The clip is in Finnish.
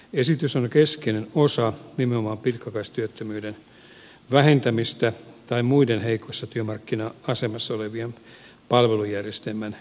esitys on keskeinen osa nimenomaan pitkäaikaistyöttömyyden vähentämistä tai muiden heikossa työmarkkina asemassa olevien palvelujärjestelmän kehittämistä